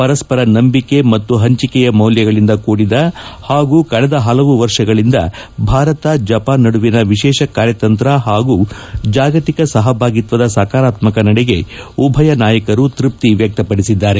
ಪರಸ್ಪರ ನಂಬಿಕೆ ಮತ್ತು ಪಂಚಿಕೆಯ ಮೌಲ್ಲಗಳಿಂದ ಕೂಡಿದ ಹಾಗೂ ಕಳೆದ ಪಲವು ವರ್ಷಗಳಿಂದ ಭಾರತ ಮತ್ತು ಜಪಾನ್ ನಡುವಿನ ವಿಶೇಷ ಕಾರ್ಯತಂತ್ರ ಹಾಗೂ ಜಾಗತಿಕ ಸಹಭಾಗಿತ್ವದ ಸಕಾರಾತ್ಸಕ ನಡೆಗೆ ಉಭಯ ನಾಯಕರು ತೃಪ್ತಿವ್ಯಕ್ತಪಡಿಸಿದ್ದಾರೆ